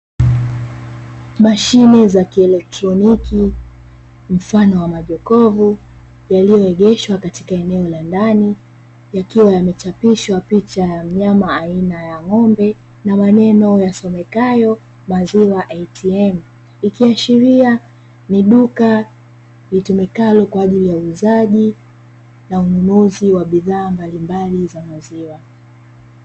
Mashine za kieletroniki mfano wa majokovu yalioegeshwa katika eneo la ndani. Yakiwa yamechapishwa picha ya mnyama aina ya ng'ombe na maneno yasomekayo "maziwa ATM". Ikiashiria ni duka litumikalo kwaajili ya uuzaji na ununuzi wa bidhaa mbalimbali za maziwa.